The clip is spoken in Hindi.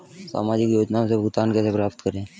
सामाजिक योजनाओं से भुगतान कैसे प्राप्त करें?